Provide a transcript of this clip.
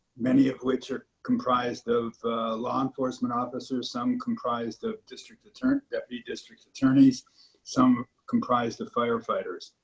many of which are comprised of law enforcement officer some comprised of district attorney deputy district attorneys some comprised of firefighters.